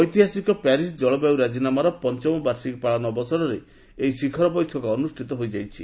ଐତିହାସିକ ପ୍ୟାରିସ୍ ଜଳବାୟୁ ରାଜିନାମାର ପଞ୍ଚମ ବାର୍ଷିକୀ ପାଳନ ଅବସରରେ ଏହି ଶିଖର ବୈଠକ ଅନୁଷ୍ଠିତ ହୋଇଛି